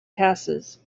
passes